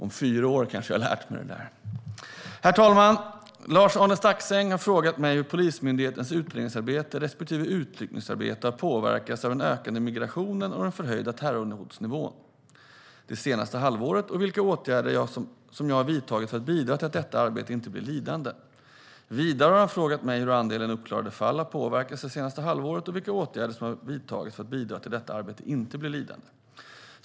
Herr talman! Lars-Arne Staxäng har frågat mig hur Polismyndighetens utredningsarbete respektive utryckningsarbete har påverkats av den ökade migrationen och den förhöjda terrorhotnivån det senaste halvåret och vilka åtgärder jag har vidtagit för att bidra till att detta arbete inte blir lidande. Vidare har han frågat mig hur andelen uppklarade fall har påverkats det senaste halvåret och vilka åtgärder jag har vidtagit för att bidra till att detta arbete inte blir lidande.